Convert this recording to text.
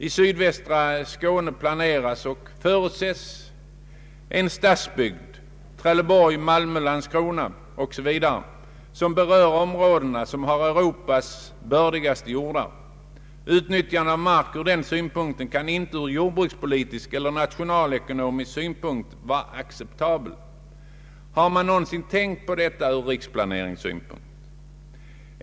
I sydvästra Skåne planeras och förutses en stadsbygd Trelleborg—Malmö—Landskrona o.s.v. som berör områden med Europas bördigaste jordar. Utnyttjande av mark för detta ändamål kan inte från jordbrukspolitisk eller nationalekonomisk synpunkt vara acceptabelt. Har man någonsin tänkt på detta från riksplaneringssynpunkt?